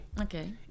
Okay